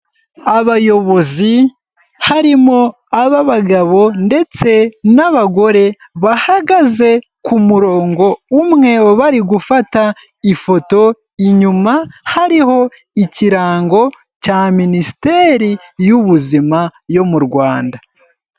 Abayobozi harimo ab'abagabo ndetse n'abagore bahagaze ku murongo umwe bari gufata ifoto, inyuma hariho ikirango cya minisiteri y'ubuzima yo mu Rwanda.